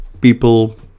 people